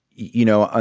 you know, ah